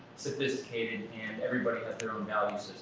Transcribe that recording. sophisticated, and everybody has